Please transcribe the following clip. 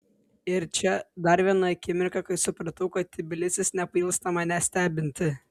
ir čia dar viena akimirka kai supratau kad tbilisis nepailsta manęs stebinti